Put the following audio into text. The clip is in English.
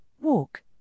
walk